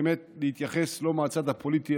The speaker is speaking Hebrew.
להתייחס לא מהצד הפוליטי,